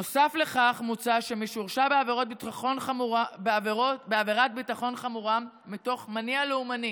נוסף לכך מוצע שמי שהורשע בעברת ביטחון חמורה מתוך מניע לאומני